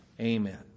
Amen